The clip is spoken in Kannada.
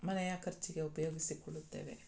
ಮನೆಯ ಖರ್ಚಿಗೆ ಉಪಯೋಗಿಸಿಕೊಳ್ಳುತ್ತೇವೆ